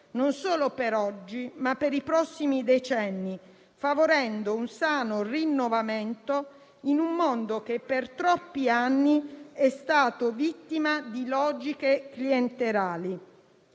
non solo per oggi, ma per i prossimi decenni, favorendo un sano rinnovamento in un mondo che per troppi anni è stato vittima di logiche clientelari.